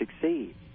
succeed